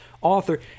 author